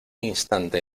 instante